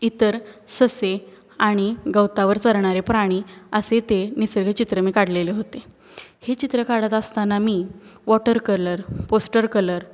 इतर ससे आणि गवतावर चरणारे प्राणी असे ते निसर्ग चित्र मी काढलेले होते हे चित्र काढत असताना मी वॉटर कलर पोस्टर कलर